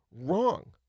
wrong